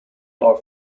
are